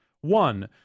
One